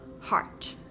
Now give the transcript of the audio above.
heart